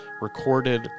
recorded